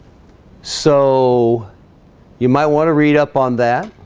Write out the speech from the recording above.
so you might want to read up on that